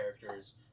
characters